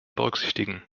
berücksichtigen